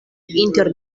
inter